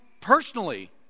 personally